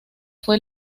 fue